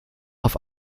auf